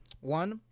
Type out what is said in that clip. one